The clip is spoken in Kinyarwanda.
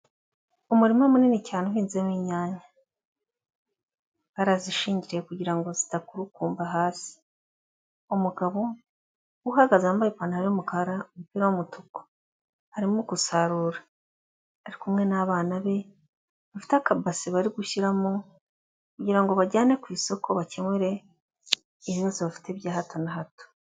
Umurima munini cyane uhinzemo inyanya. Barazishingiriye kugira ngo zidakurukumba hasi. Umugabo, uhagaze wambaye ipantaro y'umukara n'umutuku arimo gusarura. Ari kumwe n'abana be bafite akabase bari gushyiramo, kugira ngo bajyane ku isoko bakemure ibibazo bafite bya hato na hato.